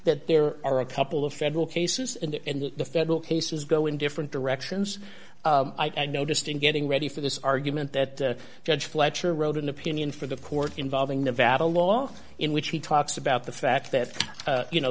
that there are a couple of federal cases and the federal cases go in different directions and noticed in getting ready for this argument that judge fletcher wrote an opinion for the court involving nevada law in which he talks about the fact that you know